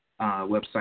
website